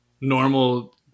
Normal